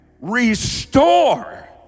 Restore